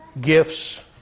gifts